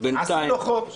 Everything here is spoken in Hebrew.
עשינו חוק בזמנו,